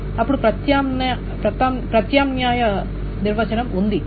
అప్పుడు ప్రత్యామ్నాయ నిర్వచనం ఉంది